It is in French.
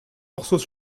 morceaux